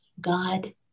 God